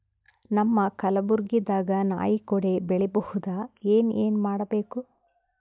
ನಮ್ಮ ಕಲಬುರ್ಗಿ ದಾಗ ನಾಯಿ ಕೊಡೆ ಬೆಳಿ ಬಹುದಾ, ಏನ ಏನ್ ಮಾಡಬೇಕು?